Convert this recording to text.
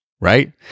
Right